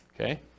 Okay